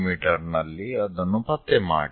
me ನಲ್ಲಿ ಅದನ್ನು ಪತ್ತೆ ಮಾಡಿ